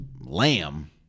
lamb